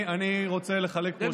אני רוצה לחלק פה שבחים,